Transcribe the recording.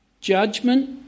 Judgment